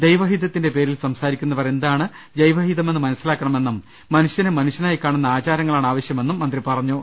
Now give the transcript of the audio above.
ദൈവ ഹിതത്തിന്റെ പേരിൽ സംസാരിക്കുന്നവർ എന്താണ് ദൈവ ഹിതമെന്ന് മനസ്സിലാക്കണമെന്നും മനുഷ്യനെ മനുഷ്യനായി കാണുന്ന ആചാരങ്ങളാണ് ആവശ്യമെന്നും മന്ത്രി പറഞ്ഞു